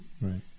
Right